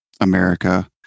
America